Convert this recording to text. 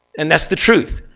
and that's the truth.